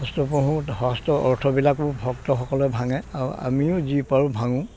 শাস্ত্ৰ পঢ়োঁ শাস্ত্ৰৰ অৰ্থবিলাকো ভক্তসকলে ভাঙে আৰু আমিও যি পাৰোঁ ভাঙো